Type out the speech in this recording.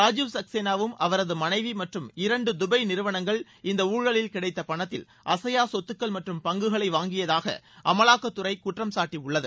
அவரது மனைவியை சக்சேனாவும் அவரது மனைவி மற்றும் இரண்டு தபாய் நிறுவனங்கள் இந்த ஊழலில் கிடைத்த பணத்தில் அசையா சொத்துக்கள் மற்றும் பங்குகளை வாங்கியதாக அமலாக்கத்துறை குற்றம் சாட்டியுள்ளது